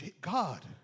God